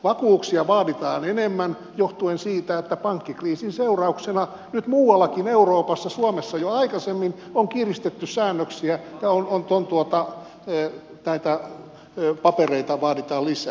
vakuuksia vaaditaan enemmän johtuen siitä että pankkikriisin seurauksena nyt muuallakin euroopassa suomessa jo aikaisemmin on kiristetty säännöksiä ja näitä papereita vaaditaan lisää